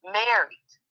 married